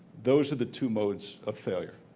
those are the two modes of failure.